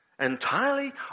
Entirely